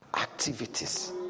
activities